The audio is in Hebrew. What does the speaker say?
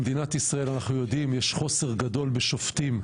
במדינת ישראל אנחנו יודעים - יש חוסר גדול בשופטים,